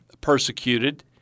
persecuted